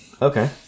Okay